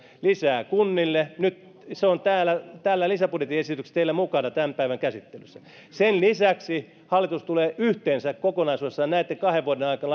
lisää kunnille se on täällä lisäbudjettiesityksessä teillä mukana tämän päivän käsittelyssä sen lisäksi hallitus tulee kokonaisuudessaan näitten kahden vuoden aikana